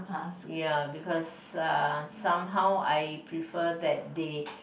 yeah because uh somehow I prefer that they